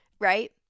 right